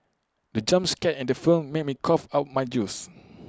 the jump scare in the film made me cough out my juice